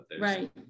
right